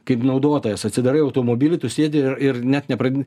kaip naudotojas atsidarai automobilį tu sėdi ir ir net nepradedi